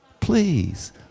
please